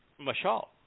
Mashal